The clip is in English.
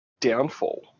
downfall